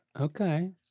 Okay